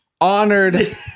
Honored